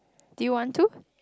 do you want to